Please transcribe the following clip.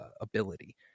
ability